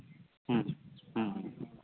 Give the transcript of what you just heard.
ᱦᱮᱸ ᱦᱮᱸ